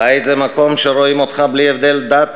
בית זה מקום שרואים אותך בלי הבדל דת,